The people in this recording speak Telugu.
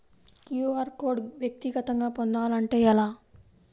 క్యూ.అర్ కోడ్ వ్యక్తిగతంగా పొందాలంటే ఎలా?